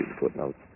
footnotes